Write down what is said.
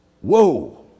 Whoa